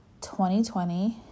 2020